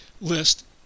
list